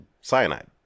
cyanide